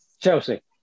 Chelsea